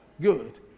Good